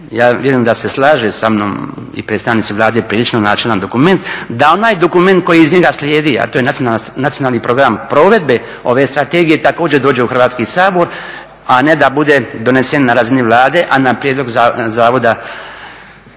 ja vjerujem da se slaže sa mnom i predstavnici Vlade prilično načelan dokument, da onaj dokument koji iz njega slijedi, a to je Nacionalni program provedbe ove strategije također dođe u Hrvatski sabor, a ne da bude donesen na razini Vlade, a na prijedlog Zavoda